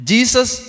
Jesus